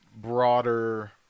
broader